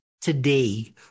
today